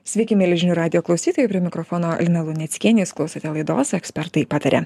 sveiki mieli žinių radijo klausytojai prie mikrofono lina luneckienė jūs klausote laidos ekspertai pataria